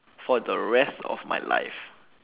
for the rest of my life